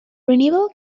renewal